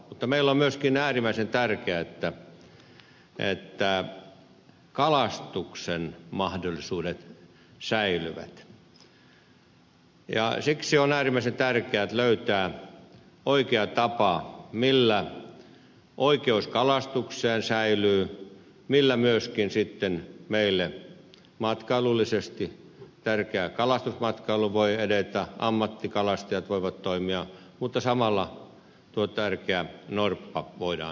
mutta meille on myöskin äärimmäisen tärkeää että kalastuksen mahdollisuudet säilyvät ja siksi on äärimmäisen tärkeää löytää oikea tapa millä oikeus kalastukseen säilyy millä myöskin sitten meille matkailullisesti tärkeä kalastusmatkailu voi edetä ammattikalastajat voivat toimia mutta samalla tuo tärkeä norppa voidaan suojella